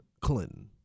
Clinton